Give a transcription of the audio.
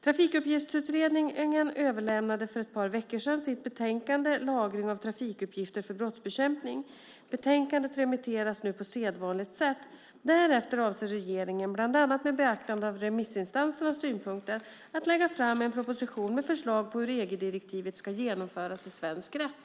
Trafikuppgiftsutredningen överlämnade för ett par veckor sedan sitt betänkande Lagring av trafikuppgifter för brottsbekämpning . Betänkandet remitteras nu på sedvanligt sätt. Därefter avser regeringen, bland annat med beaktande av remissinstansernas synpunkter, att lägga fram en proposition med förslag på hur EG-direktivet ska genomföras i svensk rätt.